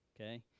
okay